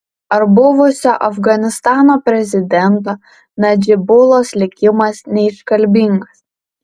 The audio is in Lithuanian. ar buvusio afganistano prezidento nadžibulos likimas neiškalbingas